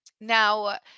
now